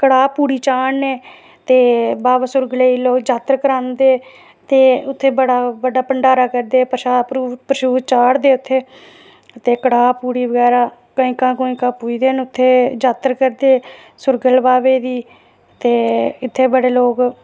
कड़ाह् पूड़ी चाढ़ने ते बावा सुरगल ई लोक जात्तर करांदे ते उत्थै बड़ा बड्डा भंडारा करदे प्रशाद चाढ़दे उत्थै ते कड़ाह् पूड़ी बगैरा कंजकां पुजदे न उत्थै जात्तर करदे सुरगल बावे दी ते इत्थै बड़े लोक